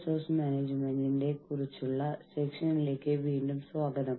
Gomez Mejia Balkin Cardy Gomez Mejia Balkin Cardy എന്നിവരുടെ പുസ്തകം